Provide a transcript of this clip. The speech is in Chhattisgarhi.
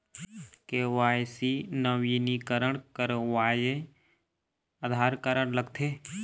के.वाई.सी नवीनीकरण करवाये आधार कारड लगथे?